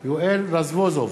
יואל רזבוזוב,